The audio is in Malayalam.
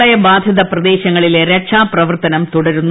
പ്രളയ ബാധിത പ്രദേശങ്ങളിലെ രക്ഷാ പ്രവർത്തനം തുടരുന്നു